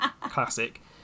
Classic